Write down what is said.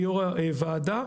כיושב-ראש הוועדה,